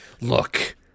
Look